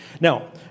Now